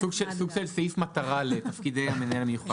סעיף מטרה לתפקידי המנהל המיוחד.